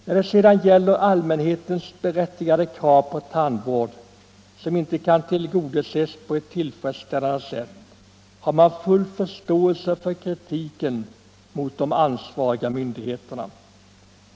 När det sedan gäller allmänhetens berättigade krav på tandvård, som inte kan tillgodoses på ett tillfredsställande sätt, har man full förståelse för kritiken mot de ansvariga myndigheterna.